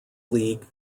league